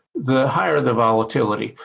the higher the volatility.